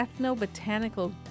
Ethnobotanical